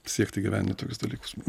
siekti gyvenime tokius dalykus